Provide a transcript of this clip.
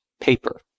Paper